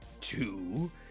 two